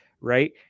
right